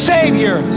Savior